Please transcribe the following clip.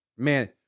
man